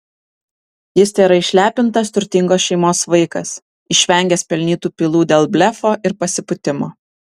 jis tėra išlepintas turtingos šeimos vaikas išvengęs pelnytų pylų dėl blefo ir pasipūtimo